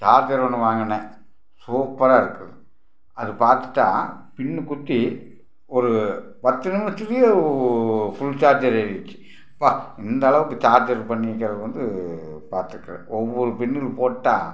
charger ஒன்று வாங்கினேன் சூப்பராக இருக்குது அது பார்த்துட்டா பின்னு குத்தி ஒரு பத்து நிமிஷத்துலயே ஃபுல் சார்ஜர் ஏறிடுச்சு அப்பா இந்த அளவுக்கு சார்ஜர் பண்ணிக்கிறது வந்து பார்த்துக்கற ஒவ்வொரு பின்னும் போட்டால்